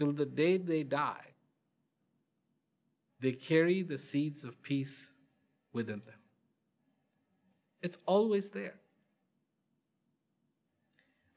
to the day they die they carry the seeds of peace with them it's always there